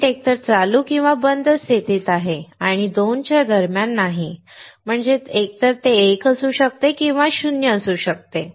circuit एकतर चालू किंवा बंद स्थितीत आहे आणि 2 च्या दरम्यान नाही म्हणजे एकतर ते 1 असू शकते किंवा ते 0 असू शकते